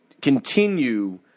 continue